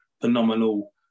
phenomenal